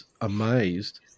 amazed